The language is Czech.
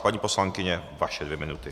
Paní poslankyně, vaše dvě minuty.